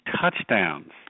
touchdowns